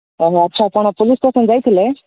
ଆଚ୍ଛା ଆପଣ police station ଯାଇଥିଲେ